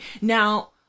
Now